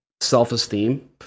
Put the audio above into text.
self-esteem